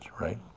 right